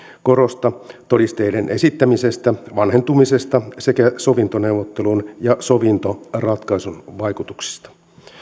korosta todisteiden esittämisestä vanhentumisesta sekä sovintoneuvottelun ja sovintoratkaisun vaikutuksista